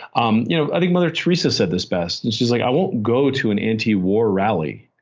um you know i think mother theresa said this best. and she's like, i won't go to an anti-war rally,